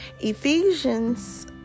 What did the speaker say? Ephesians